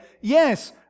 yes